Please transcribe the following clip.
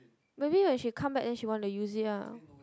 maybe when she come back then she want to use it ah